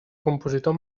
compositor